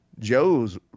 Joe's